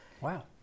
Wow